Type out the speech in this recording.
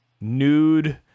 nude